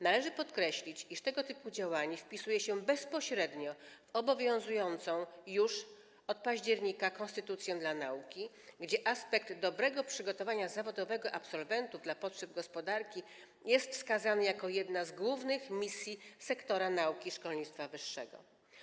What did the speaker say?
Należy podkreślić, iż tego typu działania bezpośrednio wpisują się w obowiązującą już od października konstytucję dla nauki, gdzie aspekt dobrego przygotowania zawodowego absolwentów dla potrzeb gospodarki jest wskazany jako jedna z głównych misji sektora nauki szkolnictwa wyższego.